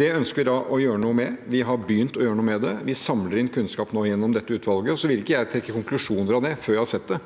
Det ønsker vi å gjøre noe med. Vi har begynt å gjøre noe med det, vi samler inn kunnskap nå gjennom dette utvalget, og så vil ikke jeg trekke konklusjoner av det før jeg har sett det.